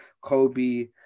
Kobe